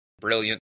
brilliant